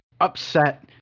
upset